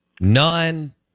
None